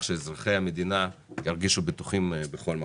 שאזרחי המדינה ירגישו בטוחים בכל מקום.